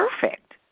perfect